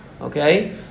Okay